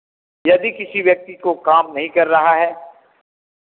यदि किसी व्यक्ति को काम नही कर रहा है